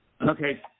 Okay